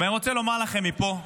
אני רוצה לומר לכם מפה: